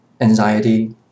anxiety